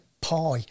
pie